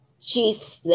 chief